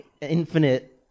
infinite